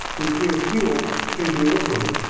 nuclear fuel can be liquid.